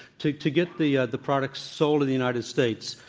to to get the the products sold in the united states,